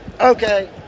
Okay